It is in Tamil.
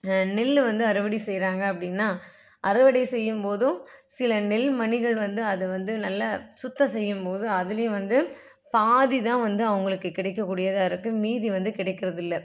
நெல் வந்து அறுவடை செய்கிறாங்க அப்படின்னா அறுவடை செய்யும்போதும் சில நெல் மணிகள் வந்து அதை வந்து நல்ல சுத்தம் செய்யும்போது அதிலையும் வந்து பாதிதான் வந்து அவர்களுக்கு கிடைக்கக்கூடியதாக இருக்குது மீதி வந்து கிடைக்கிறதில்லை